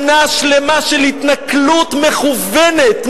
שנה שלמה של התנכלות מכוונת,